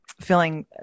feeling